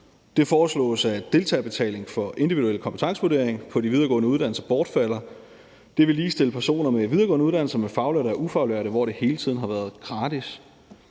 Det foreslås, at deltagerbetaling for individuel kompetencevurdering på de videregående uddannelser bortfalder. Det vil ligestille personer med videregående uddannelser med faglærte og ufaglærte, hvor det hele tiden har været gratis.